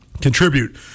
contribute